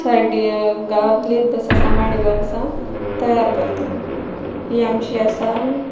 साडी गांवांतले तेस सामायण घेवनसा तयार करत ही आमची आसा